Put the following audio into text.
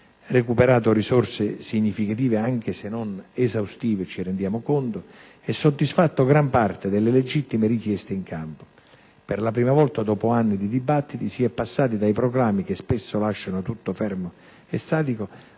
recuperato risorse significative, anche se non esaustive, e soddisfatto gran parte delle legittime richieste in campo. Per la prima volta, dopo anni di dibattiti, si è passati dai proclami, che spesso lasciano tutto fermo e statico,